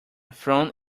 throne